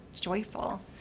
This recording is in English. joyful